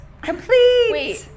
Complete